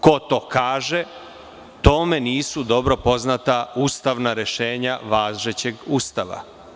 Ko to kaže, tome nisu dobro poznata ustavna rešenja važećeg Ustava.